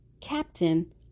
captain